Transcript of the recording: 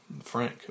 Frank